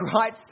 right